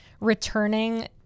returning